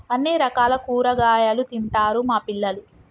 అన్ని రకాల కూరగాయలు తింటారు మా పిల్లలు